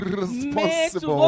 responsible